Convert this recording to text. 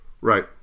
Right